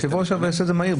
היושב-ראש יעשה את זה במהירות.